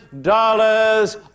dollars